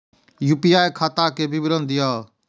UPI खाता के विवरण दिअ?